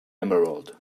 emerald